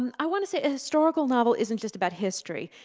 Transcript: um i want to say, a historical novel isn't just about history,